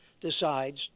decides